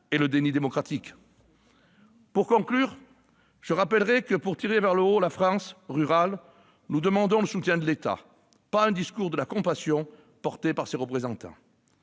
le déni démocratique. Pour conclure, je rappelle que, pour tirer la France rurale vers le haut, nous demandons le soutien de l'État et non un discours de compassion porté par ses représentants.